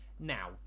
Now